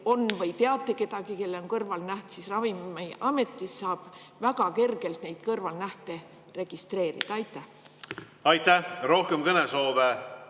on või teate kedagi, kellel on kõrvalnäht, siis Ravimiametis saab väga kergelt neid kõrvalnähte registreerida. Aitäh! Aitäh! Rohkem kõnesoove